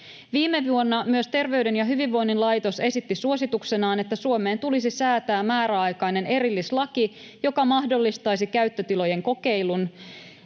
Viime vuonna myös Terveyden ja hyvinvoinnin laitos esitti suosituksenaan, että Suomeen tulisi säätää määräaikainen erillislaki, joka mahdollistaisi käyttötilojen kokeilun.